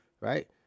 right